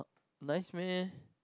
nice meh